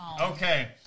Okay